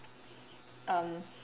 um